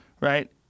right